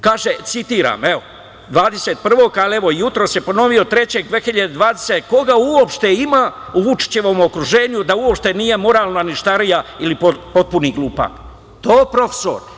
Kaže, citiram, 21. marta 2020. godine, ali evo i jutros je ponovio: „Koga uopšte ima u Vučićevom okruženju da uopšte nije moralna ništarija ili potpuni glupak?“ Je li to profesor?